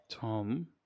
Tom